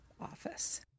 office